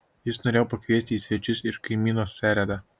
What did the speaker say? jis norėjo pakviesti į svečius ir kaimyną seredą